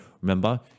remember